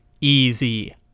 Easy